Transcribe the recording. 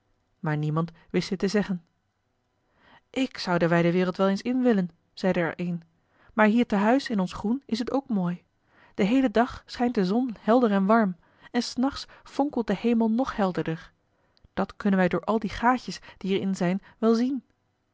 maar niemand wist dit te zeggen ik zou de wijde wereld wel eens in willen zeide er een maar hier te huis in ons groen is het ook mooi den heelen dag schijnt de zon helder en warm en s nachts fonkelt de hemel nog helderder dat kunnen wij door al die gaatjes die er in zijn wel zien